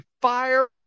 fire